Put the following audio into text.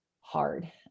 hard